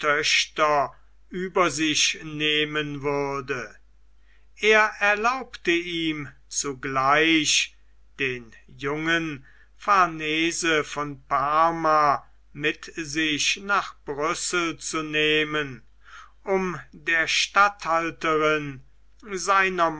über sich nehmen würde er erlaubte ihm zugleich den jungen farnese von parma mit sich nach brüssel zu nehmen um der statthalterin seiner